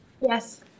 Yes